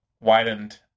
widened